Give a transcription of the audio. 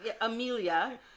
Amelia